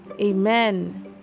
Amen